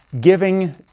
giving